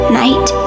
night